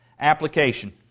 Application